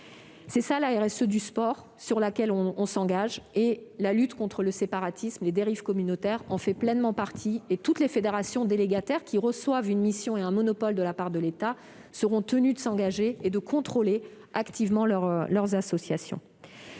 est la RSE du sport sur laquelle le Gouvernement s'engage. La lutte contre le séparatisme et les dérives communautaire en fait pleinement partie. Toutes les fédérations délégataires, qui reçoivent une mission et un monopole de la part de l'État, seront tenues de s'engager et de contrôler activement leurs associations.